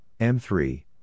M3